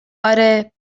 آره